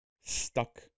stuck